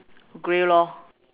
grey lor